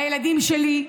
הילדים שלי,